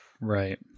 Right